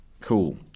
cool